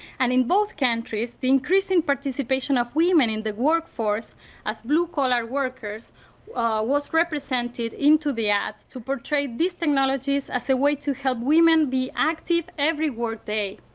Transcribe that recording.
and in both countries the increasing participation of women in the workforce as blue-collar workers was represented into the ads to portray these technologies as a way to help women be active every workday.